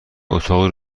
اتاقی